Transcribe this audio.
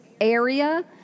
area